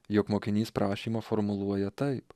jog mokinys prašymą formuluoja taip